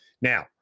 Now